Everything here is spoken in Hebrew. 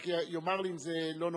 רק יאמר לי, זה לא נוגד?